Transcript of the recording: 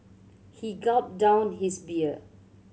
he gulped down his beer